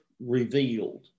revealed